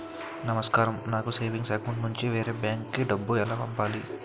నమస్కారం నాకు savings account నుంచి వేరే బ్యాంక్ కి డబ్బు ఎలా పంపాలి?